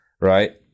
Right